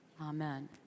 Amen